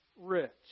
rich